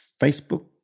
Facebook